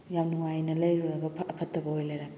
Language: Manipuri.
ꯌꯥꯝ ꯅꯨꯡꯉꯥꯏꯑꯅ ꯂꯩꯔꯨꯔꯒ ꯑꯐꯠꯇꯕ ꯑꯣꯏ ꯂꯩꯔꯝꯃꯦ